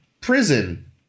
prison